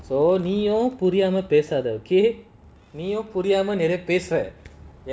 so நீயும்புரியாமபேசாத:neeyum puriama pesatha okay நீயும்புரியாமநெறயபேசுற:neeyum puriama neraya pesura